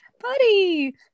buddy